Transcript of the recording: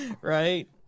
right